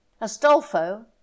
Astolfo